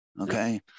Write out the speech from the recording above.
Okay